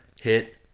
hit